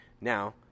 now